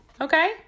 Okay